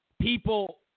people